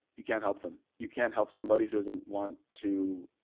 you can't help them. you can't help somebody who doesn't want to.